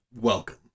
welcome